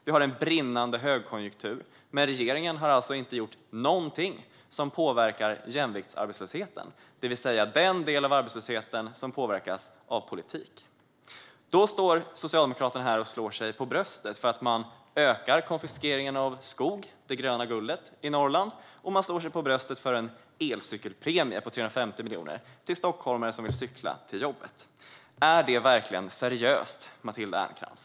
Vi har en brinnande högkonjunktur, men regeringen har inte gjort någonting som påverkar jämviktsarbetslösheten, det vill säga den del av arbetslösheten som påverkas av politik. Socialdemokraterna står här och slår sig för bröstet för att man ökar konfiskeringen av skog, det gröna guldet, i Norrland. Man slår sig också för bröstet för en elcykelpremie på 350 miljoner till stockholmare som vill cykla till jobbet. Är det verkligen seriöst, Matilda Ernkrans?